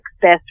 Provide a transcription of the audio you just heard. best